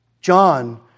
John